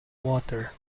water